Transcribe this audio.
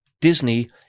disney